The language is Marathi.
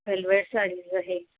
व्हेल्वेट साडीज आहे